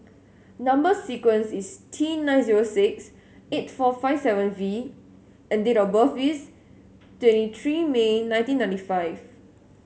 number sequence is T nine zero six eight four five seven V and date of birth is twenty three May nineteen ninety five